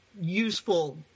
useful